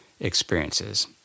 experiences